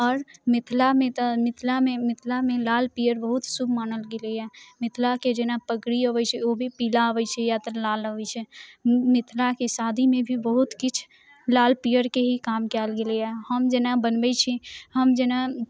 आओर मिथिलामे तऽ मिथिलामे मिथिलामे लाल पीअर बहुत शुभ मानल गेलै है मिथिलाके जेना पगड़ी अबैत छै ओ भी पीला अबैत छै या तऽ लाल अबैत छै मिथिलाके शादीमे भी बहुत किछु लाल पीयरके ही काम कयल गेलै हँ हम जेना बनबैत छी हम जेना